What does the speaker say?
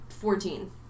fourteen